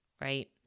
right